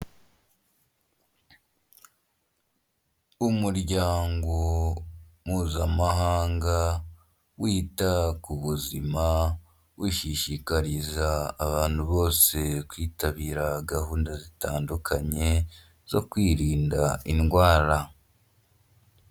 Umuryango mpuzamahanga wita ku buzima, ushishikariza abantu bose kwitabira gahunda zitandukanye zo kwirinda indwara.